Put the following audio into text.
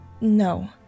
No